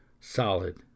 solid